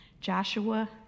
Joshua